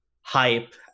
hype